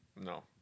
No